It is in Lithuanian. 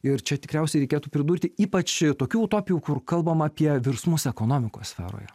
ir čia tikriausiai reikėtų pridurti ypač tokių utopijų kur kalbam apie virsmus ekonomikos sferoje